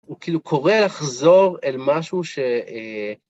הוא כאילו קורא לחזור אל משהו ש...